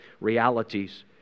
realities